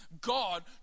God